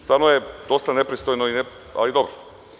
Stvarno je dosta nepristojno, ali dobro.